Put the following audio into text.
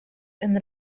and